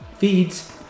Feeds